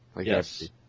Yes